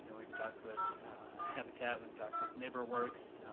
and we've talked with habitat, we've talked with neighborworks,